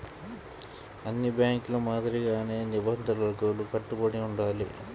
అన్ని బ్యేంకుల మాదిరిగానే నిబంధనలకు కట్టుబడి ఉండాలి